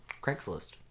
Craigslist